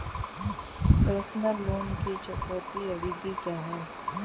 Personal loan की चुकौती अवधि क्या है?